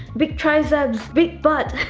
big triceps, big butt,